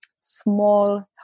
small